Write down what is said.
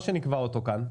או שנקבע אותו כאן,